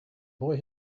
boy